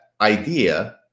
idea